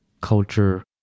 culture